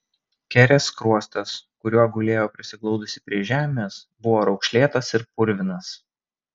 kerės skruostas kuriuo gulėjo prisiglaudusi prie žemės buvo raukšlėtas ir purvinas